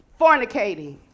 fornicating